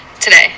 today